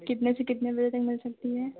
कितने से कितने बजे तक मिल सकती है